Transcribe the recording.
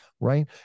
right